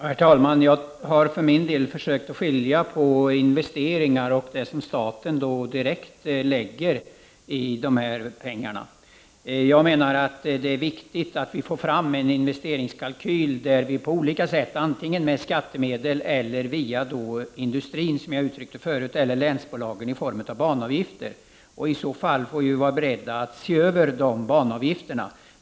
Herr talman! Jag har för min del försökt att skilja på investeringar och de pengar staten direkt lägger ned. Jag menar att det är viktigt att vi får fram en investeringskalkyl och att vi får in pengar på olika sätt, antingen via skattemedel eller via industrin, som jag talade om förut, eller länsbolagen, i form av banavgifter. Vi får i det senare fallet vara beredda att se över banavgifterna.